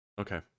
okay